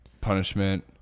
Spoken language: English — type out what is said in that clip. Punishment –